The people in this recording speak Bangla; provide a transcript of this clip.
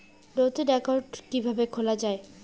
নতুন একাউন্ট কিভাবে খোলা য়ায়?